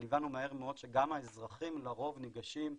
אבל הבנו מהר מאוד שגם האזרחים לרוב ניגשים ב-80-20,